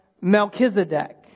Melchizedek